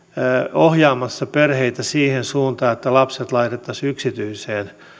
ohjaamassa perheitä siihen suuntaan että lapset laitettaisiin yksityiseen